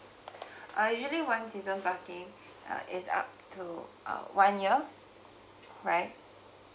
uh usually one season parking uh is up to uh one year right